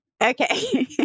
okay